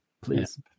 please